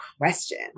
question